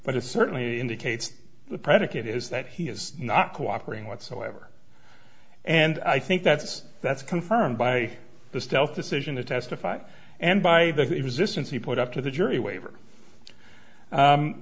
but it certainly indicates the predicate is that he is not cooperating whatsoever and i think that's that's confirmed by the stealth decision to testify and by the existence he put up to the jury waiver